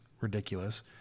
ridiculous